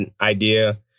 idea